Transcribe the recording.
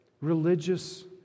religious